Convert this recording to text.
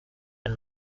and